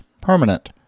permanent